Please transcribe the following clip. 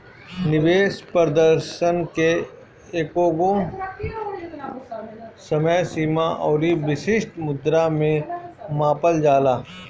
निवेश प्रदर्शन के एकगो समय सीमा अउरी विशिष्ट मुद्रा में मापल जाला